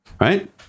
Right